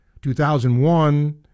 2001